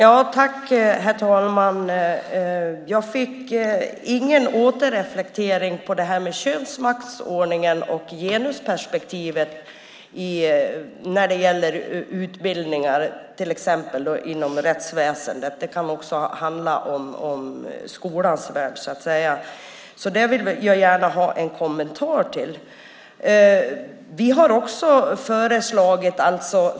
Herr talman! Jag fick ingen återreflektering på det här med könsmaktsordningen och genusperspektivet när det gäller utbildningar till exempel inom rättsväsendet. Det kan också handla om skolans värld. Jag vill gärna ha en kommentar till det.